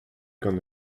gant